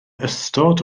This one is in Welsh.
ystod